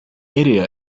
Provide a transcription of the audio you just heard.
area